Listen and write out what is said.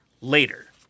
later